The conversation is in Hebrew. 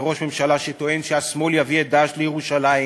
וראש ממשלה שטוען שהשמאל יביא את "דאעש" לירושלים,